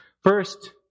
First